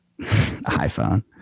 iPhone